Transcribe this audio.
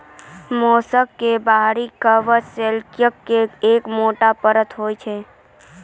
mollusc के बाहरी कवच कैल्सियम के एक मोटो परत होय छै